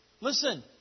Listen